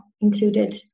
included